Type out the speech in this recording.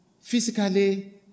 physically